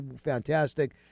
fantastic